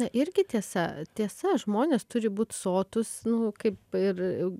irgi tiesa tiesa žmonės turi būt sotūs nu kaip ir